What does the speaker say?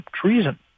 treason